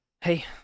hey